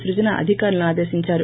సృజన అధికారులను ఆదేశించారు